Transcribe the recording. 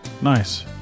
Nice